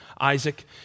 Isaac